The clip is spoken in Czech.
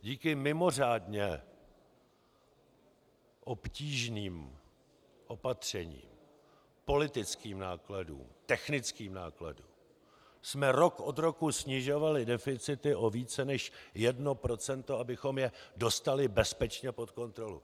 Díky mimořádně obtížným opatřením, politickým nákladům, technickým nákladům jsme rok od roku snižovali deficity o více než 1 %, abychom je dostali bezpečně pod kontrolu.